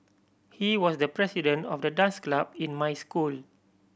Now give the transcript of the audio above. he was the president of the dance club in my school